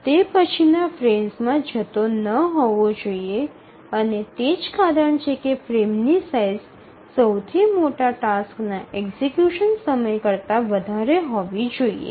તે પછીના ફ્રેમ્સમાં જતો ન હોવો જોઈએ અને તે જ કારણ છે કે ફ્રેમની સાઇઝ સૌથી મોટા ટાસ્ક ના એક્ઝેક્યુશન સમય કરતા વધારે હોવી જોઈએ